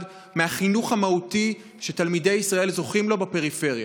מהחינוך המהותי שתלמידי ישראל זוכים לו בפריפריה.